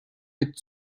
mit